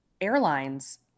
airlines